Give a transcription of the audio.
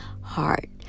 heart